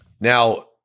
Now